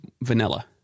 vanilla